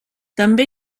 també